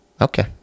okay